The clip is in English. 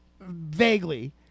vaguely